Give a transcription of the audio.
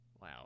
Wow